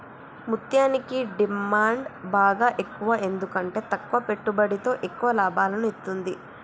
ముత్యనికి డిమాండ్ బాగ ఎక్కువ ఎందుకంటే తక్కువ పెట్టుబడితో ఎక్కువ లాభాలను ఇత్తుంది